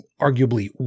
arguably